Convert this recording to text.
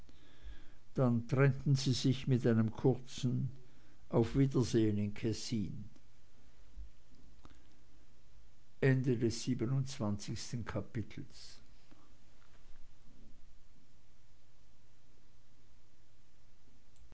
dann trennten sie sich mit einem kurzen auf wiedersehen in kessin achtundzwanzigstes kapitel